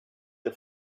the